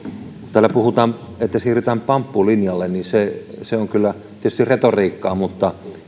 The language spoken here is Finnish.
täällä puhutaan että siirrytään pamppulinjalle niin se se on kyllä tietysti retoriikkaa mutta